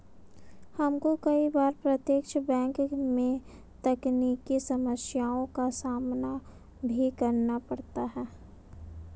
हमको कई बार प्रत्यक्ष बैंक में तकनीकी समस्याओं का सामना भी करना पड़ता है